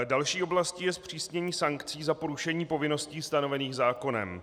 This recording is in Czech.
Další oblastí je zpřísnění sankcí za porušení povinností stanovených zákonem.